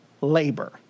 labor